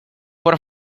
por